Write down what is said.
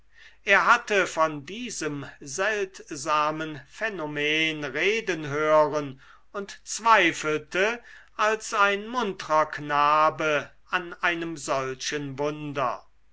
er hatte von diesem seltsamen phänomen reden hören und zweifelte als ein muntrer knabe an einem solchen wunder